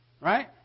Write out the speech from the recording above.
Right